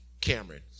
Cameron